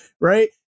Right